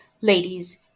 Ladies